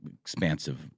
expansive